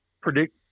predict